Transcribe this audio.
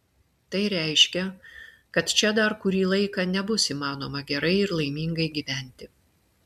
tai reiškia kad čia dar kurį laiką nebus įmanoma gerai ir laimingai gyventi